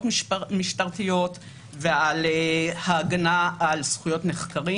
המשטריות ובהגנה על זכויות נחקרים.